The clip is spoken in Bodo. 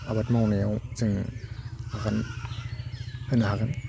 आबाद मावनायाव जोंनो आगान होनो हागोन